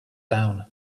town